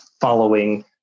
following